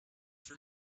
for